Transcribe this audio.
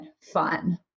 fun